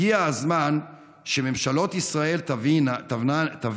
הגיע הזמן שממשלות ישראל יבינו,